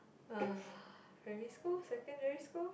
uh primary school secondary school